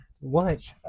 watch